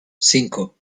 cinco